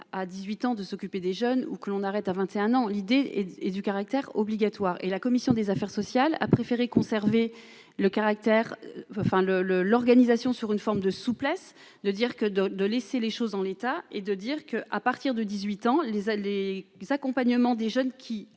à 18 ans, de s'occuper des jeunes ou que l'on arrête à 21 ans l'idée et du caractère obligatoire et la commission des affaires sociales a préféré conserver le caractère enfin le le l'organisation sur une forme de souplesse, de dire que de de laisser les choses en l'état et de dire que, à partir de 18 ans les allées : accompagnement des jeunes qui,